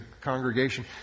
congregation